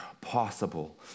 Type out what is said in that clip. possible